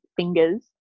fingers